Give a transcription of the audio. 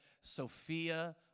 Sophia